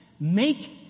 make